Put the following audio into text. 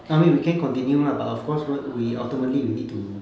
no I mean we can continue lah but of course wh~ we ultimately we need to